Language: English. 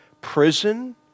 prison